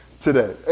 today